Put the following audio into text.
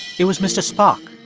it was mr. spock,